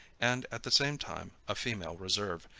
and at the same time a female reserve,